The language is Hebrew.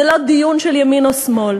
זה לא דיון של ימין או שמאל.